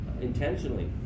intentionally